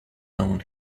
own